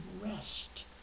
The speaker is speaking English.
rest